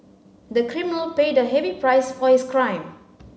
the criminal paid a heavy price for his crime